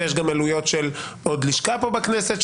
ויש גם עלויות של עוד לשכה פה בכנסת,